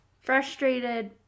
frustrated